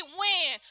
win